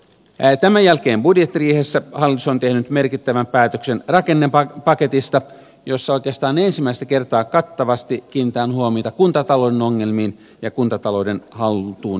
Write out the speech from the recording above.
tämän jälkeen budjettiriihessä hallitus on tehnyt merkittävän päätöksen rakennepaketista jossa oikeastaan ensimmäistä kertaa kattavasti kiinnitetään huomiota kuntatalouden ongelmiin ja kuntatalouden haltuun saattamiseen